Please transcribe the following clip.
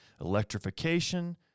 electrification